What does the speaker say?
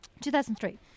2003